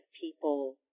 people